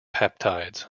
peptides